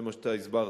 זה מה שאתה הסברת,